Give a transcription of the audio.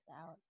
out